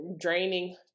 draining